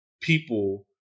people